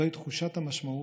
זוהי תחושת המשמעות,